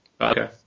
Okay